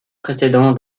précédent